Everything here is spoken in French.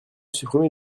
supprimer